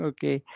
Okay